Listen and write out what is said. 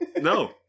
No